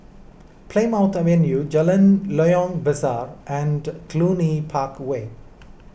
Plymouth Avenue Jalan Loyang Besar and Cluny Park Way